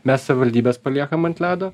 mes savivaldybes paliekam ant ledo